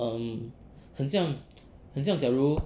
um 很像很像假如